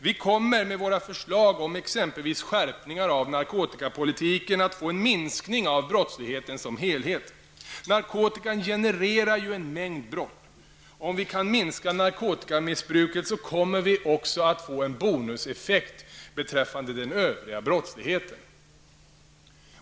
Vi kommer med våra förslag om exempelvis skärpningar av narkotikapolitiken att få en minskning av brottsligheten som helhet. Narkotikan genererar en mängd brott. Om vi kan minska narkotikamissbruket, kommer vi också att få en bonuseffekt beträffande den övriga brottsligheten.